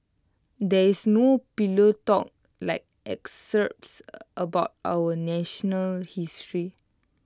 there is no pillow talk like excerpts about our national history